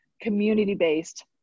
community-based